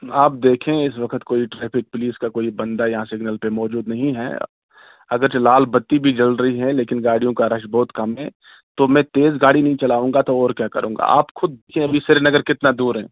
آپ دیکھیں اس وقت کوئی ٹریفک پولس کا کوئی بندہ یہاں سگنل پہ موجود نہیں ہے اگر چہ لال بتی بھی جل رہی ہے لیکن گاڑیوں کا رش بہت کم ہے تو میں تیز گاڑی نہیں چلاؤں گا تو اور کیا کروں گا آپ خود ابھی سری نگر کتنا دور ہے